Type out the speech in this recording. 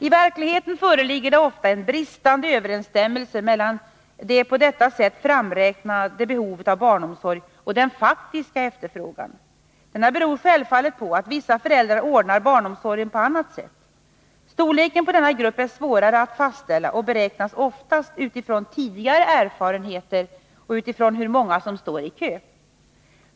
I verkligheten föreligger det ofta en bristande överensstämmelse mellan det på detta sätt framräknade behovet av barnomsorg och den faktiska efterfrågan. Denna beror självfallet på att vissa föräldrar ordnar barnomsorgen på annat sätt. Storleken på denna grupp är svårare att fastställa och beräknas oftast utifrån tidigare erfarenheter och utifrån hur många som står i kö.